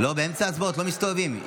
חברות הכנסת וחברי הכנסת, לשבת במקומות.